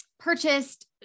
purchased